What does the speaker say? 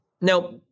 Now